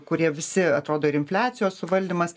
kurie visi atrodo ir infliacijos suvaldymas